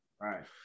right